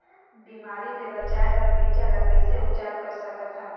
बिमारी ले बचाय बर बीजा ल कइसे उपचार कर सकत हन?